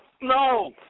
No